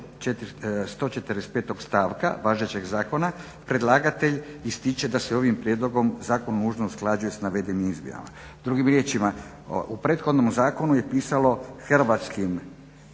145. stavka važećeg zakona predlagatelj ističe da se ovim prijedlogom zakon nužno usklađuje s navedenim izmjenama. Drugim riječima, u prethodnom zakonu je pisalo hrvatskim